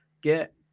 get